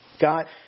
God